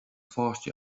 pháistí